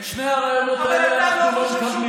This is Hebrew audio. את שני הרעיונות האלה אנחנו לא מקבלים.